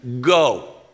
go